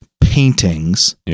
paintings